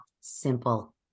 simple